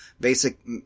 Basic